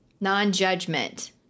Non-judgment